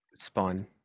spawn